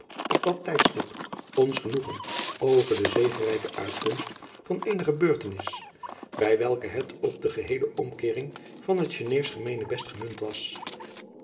op dat tijdstip ons genoegen over de zegerijke uitkomst van eene gebeurtenis bij welke het op de geheele omkeering van het geneefsch gemeenebest gemunt was